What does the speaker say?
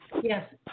Yes